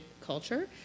culture